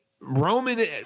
Roman